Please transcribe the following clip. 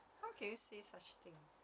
how can you say such thing